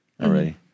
already